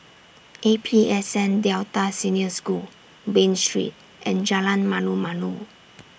A P S N Delta Senior School Bain Street and Jalan Malu Malu